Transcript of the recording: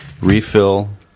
refill